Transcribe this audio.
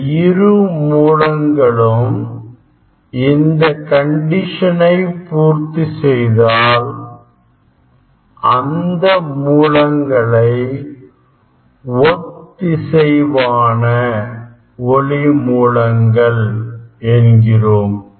இந்த இரு மூலங்களும் இந்த கண்டிஷனை பூர்த்தி செய்தால் அந்த மூலங்களை ஒத்திசைவான ஒளி மூலங்கள் என்கிறோம்